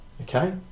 okay